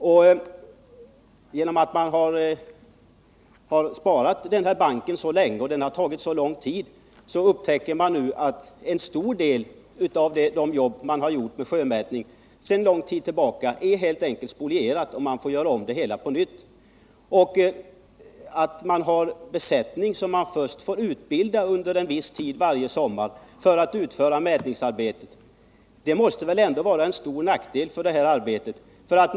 De här uppgifterna har sparats mycket lång tid. Man upptäcker nu att en stor del av det sjömätningsarbete man gjort sedan lång tid tillbaka måste göras om. Att man har en besättning som man först får utbilda under en viss tid varje sommar för att utföra mätningsarbeten måste väl ändå vara en stor nackdel för arbetet?